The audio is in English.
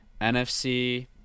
NFC